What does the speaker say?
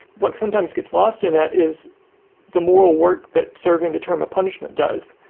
what sometimes gets lost in that is the moral work that serving the term of punishment does.